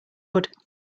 wood